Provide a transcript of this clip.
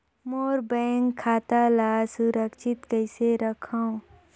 मोर bank खाता ला सुरक्षित कइसे रखव?